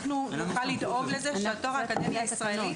אנחנו נוכל לדאוג שהתואר האקדמי הישראלי